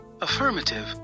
Affirmative